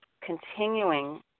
continuing